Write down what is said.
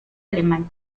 alemán